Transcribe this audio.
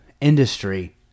industry